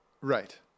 Right